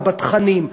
בתכנים.